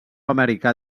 americà